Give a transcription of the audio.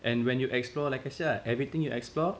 and when you explore like I said ah everything you explore